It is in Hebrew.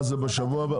זה בשבוע הבא?